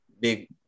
big